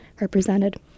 represented